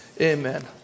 Amen